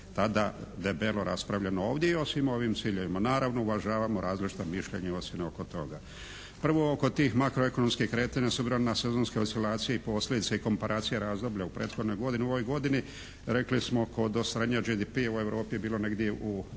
tada debelo raspravljeno ovdje. I osim ovim ciljevima, naravno uvažamo različita mišljenja ocjene oko toga. Prvo, oko tih makroekonomskih kretanja, s obzirom na sezonske oscilacije i posljedice komparacije razdoblja u prethodnoj godini u ovoj godini rekli smo kod ostvarenja GDP-a u Europi je bilo negdje u